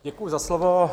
Děkuji za slovo.